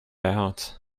out